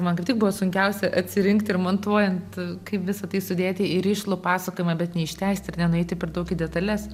man kaip tik buvo sunkiausia atsirinkt montuojant kaip visa tai sudėti į rišlų pasakojimą bet neištęsti ir nenueiti per daug į detales